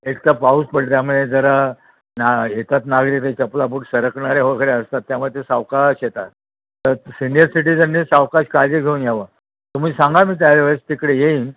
एक तर पाऊस पडल्यामुळे जरा ना येतात नागरिकांच्या चपला बूट सरकणारे वगैरे असतात त्यामुळे ते सावकाश येतात तर सिनियर सिटीजननी सावकाश काळजी घेऊन यावं तुम्ही सांगा मी त्यावेळेस तिकडे येईन